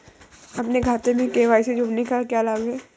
अपने खाते में के.वाई.सी जोड़ने का क्या लाभ है?